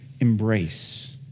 embrace